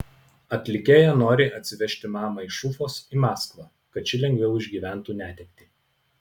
atlikėja nori atsivežti mamą iš ufos į maskvą kad ši lengviau išgyventų netektį